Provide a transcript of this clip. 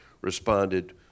responded